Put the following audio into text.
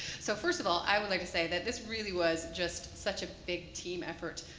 so first of all, i would like to say that this really was just such a big team effort.